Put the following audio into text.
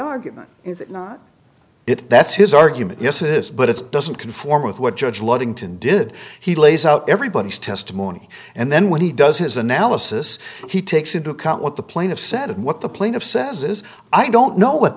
argument is it not it that's his argument yes it is but it doesn't conform with what judge ludington did he lays out everybody's testimony and then when he does his analysis he takes into account what the plane of said what the plane of says is i don't know what